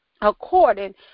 according